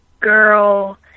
girl